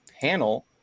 panel